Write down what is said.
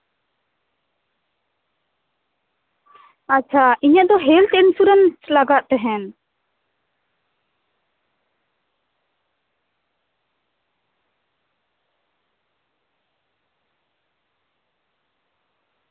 ᱟᱪᱪᱷᱟ ᱤᱧᱟᱹᱜ ᱫᱚ ᱦᱮᱞᱛᱷ ᱤᱱᱥᱩᱨᱮᱱᱥ ᱞᱟᱜᱟᱜ ᱛᱟᱸᱦᱮᱱ